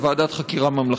לוועדת חקירה ממלכתית.